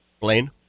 Blaine